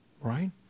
Right